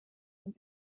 und